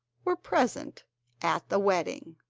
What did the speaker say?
were present at the wedding.